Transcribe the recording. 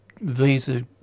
visa